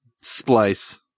splice